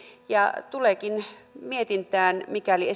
tuleekin mietintään mikäli